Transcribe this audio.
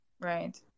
Right